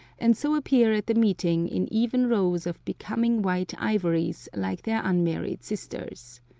and so appear at the meeting in even rows of becoming white ivories like their unmarried sisters.